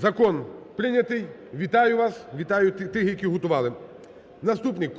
Закон прийнятий. Вітаю вас, вітаю тих, які готували. Наступний.